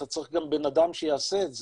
אתה צריך גם בנאדם שיעשה את זה,